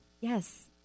Yes